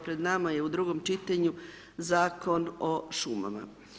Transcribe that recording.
Pred nama je u drugom čitanju Zakon o šumama.